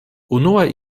unue